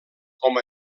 com